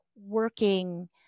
working